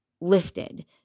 lifted